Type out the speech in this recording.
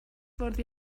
fwrdd